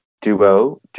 Duo